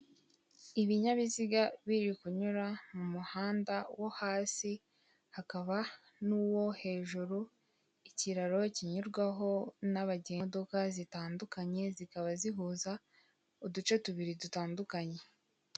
Ibinyabiziga biri kunyura mu muhanda wo hasi hakaba n'uwo hejuru ikiraro kinyurwaho n'abagenzi n'imodoka zitandukanye zikaba zihuza uduce tubiri dutandukanye.